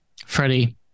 Freddie